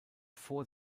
vor